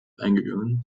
eingegangen